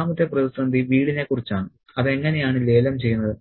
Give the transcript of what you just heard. രണ്ടാമത്തെ പ്രതിസന്ധി വീടിനെക്കുറിച്ചാണ് അത് എങ്ങനെയാണ് ലേലം ചെയ്യുന്നത്